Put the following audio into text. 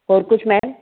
ਹੋਰ ਕੁਛ ਮੈਮ